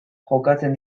jokatzen